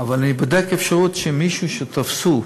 אבל אני בודק אפשרות שמישהו שתפסו,